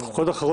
זה תלוי.